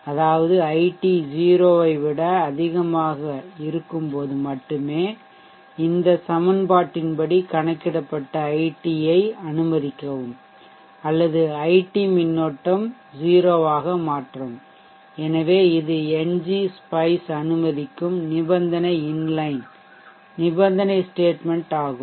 அதாவது ஐடி 0 ஐ விட அதிகமாக இருக்கும்போது மட்டுமே இந்த சமன்பாட்டின் கணக்கிடப்பட்ட ஐடியை அனுமதிக்கவும் அல்லது ஐடி மின்னோட்டம் 0 ஆக மாற்றவும் எனவே இது என்ஜி SPICE அனுமதிக்கும் நிபந்தனை இன்லைன் நிபந்தனை ஸ்டேட்மென்ட் ஆகும்